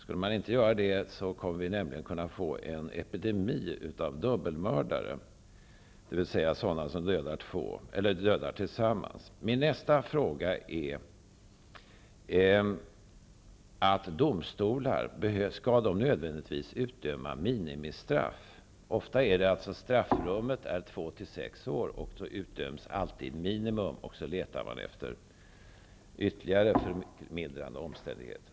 Om det inte är så, kan vi nämligen få en epidemi av dubbelmördare, dvs. sådana som mördar tillsammans. Min nästa fråga är: Skall domstolar nödvändigtvis utdöma minimistraff? Ofta är straffrummet 2--6 år, och då utdöms alltid minimum, och så letar man efter ytterligare förmildrande omständigheter.